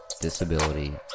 disability